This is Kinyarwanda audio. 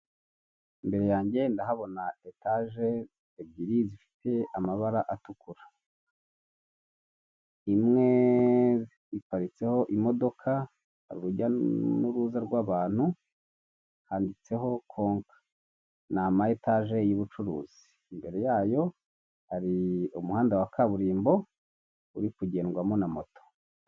Ibere yanjye ndahabona etaje ebyiri amabara atukura, imwe iparitse imodoka urujya n'uruza rw'abantu handitse konka ni ama etage y'ubucuruzi imbere yayo hari umuhanda wa kaburimbo uri kugendwamo na moto.